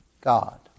God